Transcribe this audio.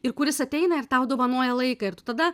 ir kuris ateina ir tau dovanoja laiką ir tu tada